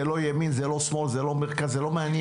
זה לא ימין זה לא שמאל זה לא מרכז, לא מעניין.